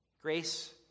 Grace